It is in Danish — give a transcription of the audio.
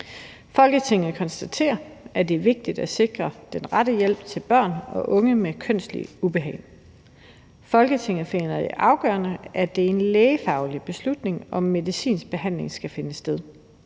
»Folketinget konstaterer, at det er vigtigt at sikre den rette hjælp til børn og unge med kønsligt ubehag. Folketinget finder det afgørende, at det er en lægefaglig beslutning, om medicinsk behandling skal finde sted.